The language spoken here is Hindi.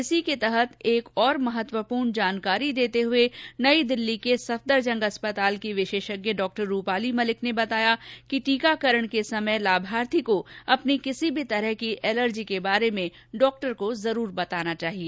इसी के तहत एक और महत्वपूर्ण जानकारी देते हुये नई दिल्ली के सफदरजंग अस्पताल की विशेषज्ञ डॉ रूपाली मलिक ने बताया कि टीकाकरण के समय लाभार्थी अपनी किसी भी तरह की एलर्जी के बारे में डॉ को जरूर बताना चाहिए